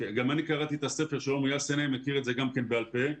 גם אני קראתי את הספר ומכיר את זה בעל פה.